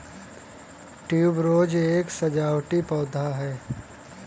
tuberose एक सजावटी पौधा है